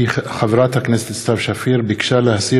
כי חברת הכנסת סתיו שפיר ביקשה להסיר